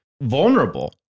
vulnerable